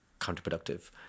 counterproductive